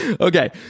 okay